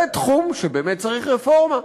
זה תחום שבאמת צריך רפורמה,